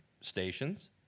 stations